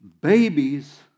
babies